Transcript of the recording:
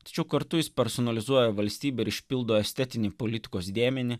tačiau kartu jis personalizuoja valstybė išpildo estetinį politikos dėmenį